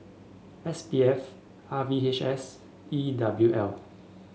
S P F R V H S and E W L